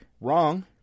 Wrong